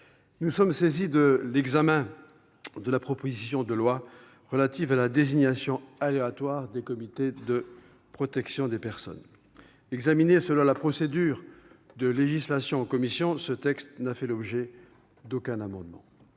nous sommes saisis de l'examen de la proposition de loi relative à la désignation aléatoire des comités de protection des personnes. Examiné selon la procédure de législation en commission, ce texte n'a fait l'objet d'aucun amendement.